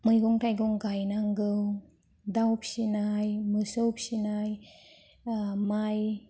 मैगं थाइगं गायनांगौ दाउ फिसिनाय मोसौ फिसिनाय माइ